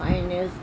finance